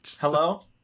Hello